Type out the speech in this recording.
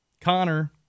Connor